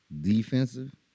defensive